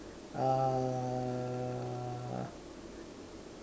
uh